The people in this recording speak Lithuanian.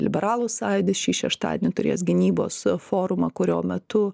liberalų sąjūdis šį šeštadienį turės gynybos forumą kurio metu